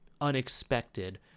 unexpected